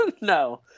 No